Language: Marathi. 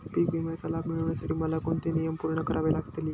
पीक विम्याचा लाभ मिळण्यासाठी मला कोणते नियम पूर्ण करावे लागतील?